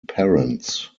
parents